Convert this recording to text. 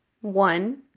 one